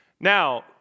Now